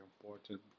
important